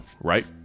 Right